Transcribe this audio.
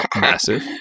Massive